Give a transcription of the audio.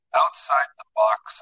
outside-the-box